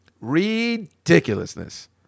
Ridiculousness